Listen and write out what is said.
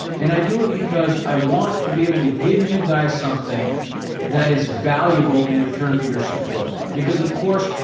and i do it because i want to be able to give you guys something that is valuable in return for your support. because of course,